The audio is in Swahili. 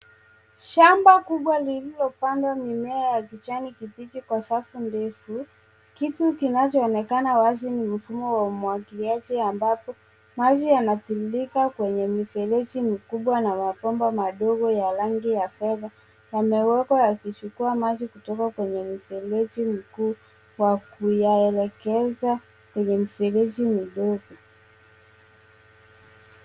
Shamba kubwa lililopandwa mimea ya kijani kibichi kwa safu ndefu. Kitu kinachoonekana wazi ni mfumo wa umwagiliaji ambapo maji yanatiririka kwenye mifereji mikubwa na mabomba madogo ya rangi ya fedha. Yamewekwa yakichukua maji kutoka kwenye mifereji mikuu wa kuyaelekeza kwenye mifereji midogo.